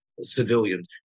civilians